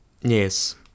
Yes